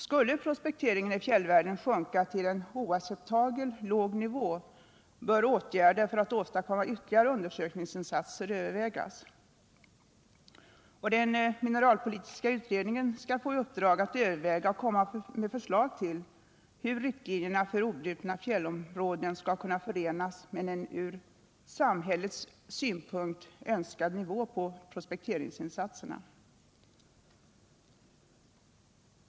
Skulle prospekteringen i fjällvärlden sjunka till en oacceptabelt låg nivå, bör åtgärder för att åstadkomma ytterligare undersökningsinsatser övervägas. Den mineralpolitiska utredningen skall få i uppdrag att överväga och komma med förslag till hur riktlinjerna för obrutna fjällområden skall kunna förenas med en från samhällets synpunkt önskad nivå på prospekteringsinsatserna.